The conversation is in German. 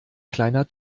kleiner